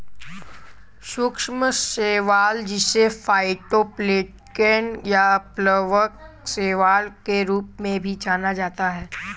सूक्ष्म शैवाल जिसे फाइटोप्लैंक्टन या प्लवक शैवाल के रूप में भी जाना जाता है